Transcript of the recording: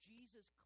Jesus